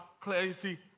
clarity